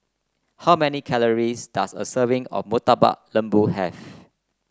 how many calories does a serving of Murtabak Lembu have